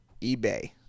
eBay